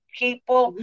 people